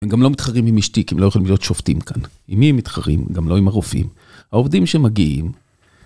הם גם לא מתחרים עם אשתי, כי הם לא יכולים להיות שופטים כאן. עם מי הם מתחרים? גם לא עם הרופאים. העובדים שמגיעים...